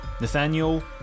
Nathaniel